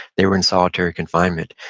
they were in solitary confinement,